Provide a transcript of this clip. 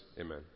Amen